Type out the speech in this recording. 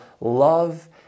love